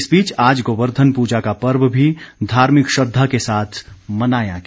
इस बीच आज गोवर्धन पूजा का पर्व भी धार्मिक श्रद्धा के साथ मनाया गया